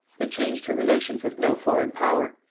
it changed her relations with no foreign power,